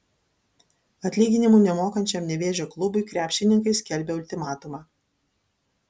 atlyginimų nemokančiam nevėžio klubui krepšininkai skelbia ultimatumą